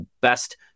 best